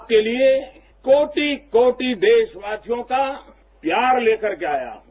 आपके लिए कोटि कोटि देशवासियों का प्यार लेकर के आया हूं